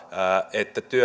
että